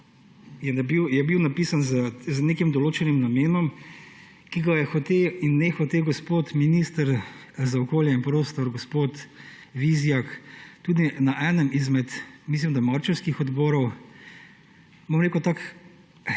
je bil z nekim določenim namenom, ki ga je hote in nehote gospod minister za okolje in prostor gospod Vizjak tudi na enem izmed marčevskih odborov, bom rekel tako,